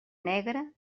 negra